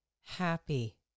happy